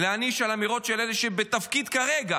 להעניש על אמירות של אלה שהם בתפקיד כרגע